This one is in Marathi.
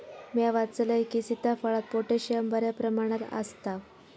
म्या वाचलंय की, सीताफळात पोटॅशियम बऱ्या प्रमाणात आसता